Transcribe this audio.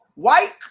White